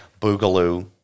boogaloo